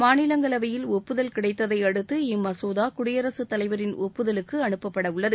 மாநிலங்களவையில் ஒப்புதல் கிடைத்ததை அடுத்து இம்மசோதா குடியரசுத்தலைவரின் ஒப்புதலுக்கு அனுப்பப்படவுள்ளது